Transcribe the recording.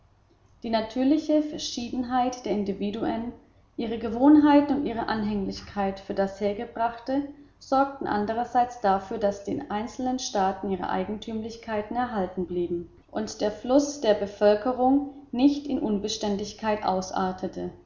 die natürliche verschiedenheit der individuen ihre gewohnheiten und ihre anhänglichkeit für das hergebrachte sorgten andererseits dafür daß den einzelnen staaten ihre eigentümlichkeiten erhalten blieben und der fluß der bevölkerung nicht in unbeständigkeit ausartete